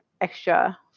extra